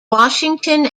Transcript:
washington